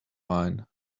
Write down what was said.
wine